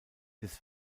des